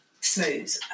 smooth